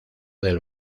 del